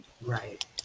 right